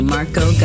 Marco